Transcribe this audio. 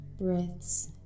breaths